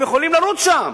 הם יכולים לרוץ שם,